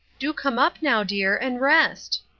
do come up now, dear, and rest